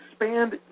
expand